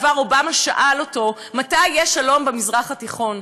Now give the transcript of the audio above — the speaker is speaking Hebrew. סיפר לי שהנשיא לשעבר אובמה שאל אותו: מתי יהיה שלום במזרח התיכון?